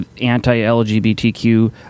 anti-LGBTQ